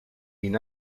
ihn